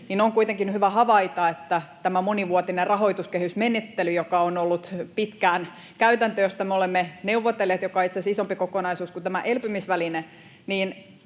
on kuitenkin hyvä havaita, että tässä monivuotisessa rahoituskehysmenettelyssähän — joka on ollut pitkään käytäntö ja josta me olemme neuvotelleet, joka on itse asiassa isompi kokonaisuus kuin tämä elpymisväline